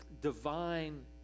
divine